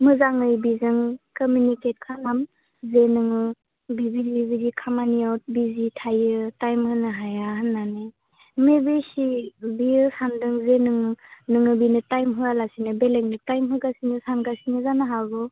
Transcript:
मोजाङै बेजों कमिउनिकेट खालाम जे नोङो बे बिदि बिदि खामानियाव बिजि थायो टाइम होनो हाया होननानै मेबि शि बियो सानदों जे नोङो बिनो टाइम होआ लासिनो बेलेगनो टाइम होगासिनो सानगासिनो जानो हागौ